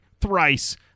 Thrice